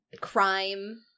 crime